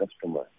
customer